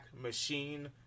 machine